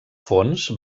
fons